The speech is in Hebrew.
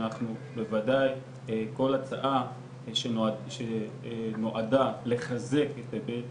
כל הצעה שנועדה לחזק את היבט